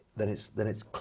then it's, then it's,